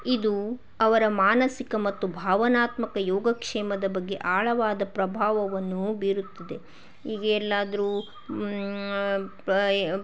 ಇದು ಅವರ ಮಾನಸಿಕ ಮತ್ತು ಭಾವನಾತ್ಮಕ ಯೋಗಕ್ಷೇಮದ ಬಗ್ಗೆ ಆಳವಾದ ಪ್ರಭಾವವನ್ನು ಬೀರುತ್ತದೆ ಈಗ ಎಲ್ಲಾದರೂ